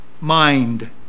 mind